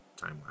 timeline